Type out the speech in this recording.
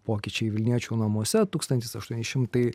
pokyčiai vilniečių namuose tūkstantis aštuoni šimtai